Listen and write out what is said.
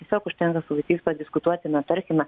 tiesiog užtenka su vaikais padiskutuoti na tarkime